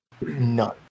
none